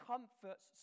comforts